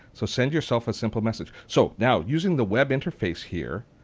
so send yourself a sample message. so now using the web interface here,